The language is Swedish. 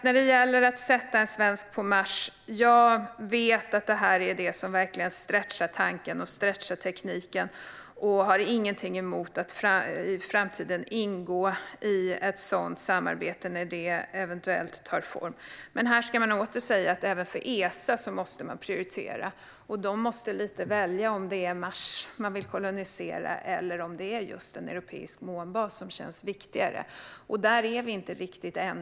När det gäller att sätta en svensk på Mars vet jag att det är detta som verkligen stretchar tanken och tekniken, och jag har ingenting emot att i framtiden ingå i ett sådant samarbete när det eventuellt tar form. Här ska jag dock åter säga att även Esa måste prioritera. De måste välja om de vill kolonisera Mars eller om en europeisk månbas känns viktigare, och där är vi inte riktigt än.